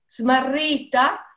smarrita